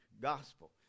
Gospel